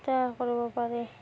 তৈয়াৰ কৰিব পাৰি